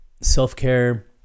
self-care